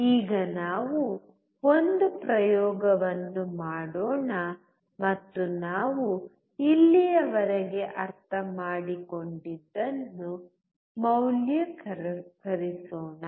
ಈಗ ನಾವು ಒಂದು ಪ್ರಯೋಗವನ್ನು ಮಾಡೋಣ ಮತ್ತು ನಾವು ಇಲ್ಲಿಯವರೆಗೆ ಅರ್ಥಮಾಡಿಕೊಂಡಿದ್ದನ್ನು ಮೌಲ್ಯೀಕರಿಸೋಣ